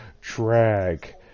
drag